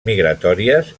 migratòries